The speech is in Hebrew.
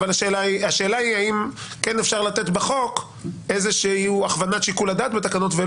אבל השאלה היא אם אפשר לתת בחוק איזושהי הכוונת שיקול דעת בתקנות.